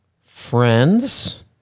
friends